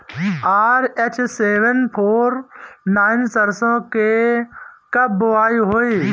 RH seven four nine सरसो के कब बुआई होई?